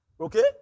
Okay